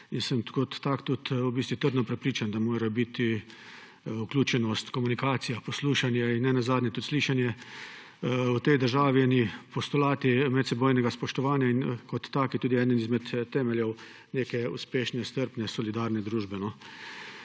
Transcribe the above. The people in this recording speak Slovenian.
in sem kot tak tudi trdno prepričan, da morajo biti vključenost, komunikacija, poslušanje in nenazadnje tudi slišanje v tej državi postulati medsebojnega spoštovanja in kot taki tudi eni od temeljev neke uspešne, strpne in solidarne družbe.